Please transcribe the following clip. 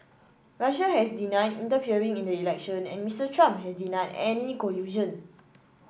Russia has denied interfering in the election and Mister Trump has denied any collusion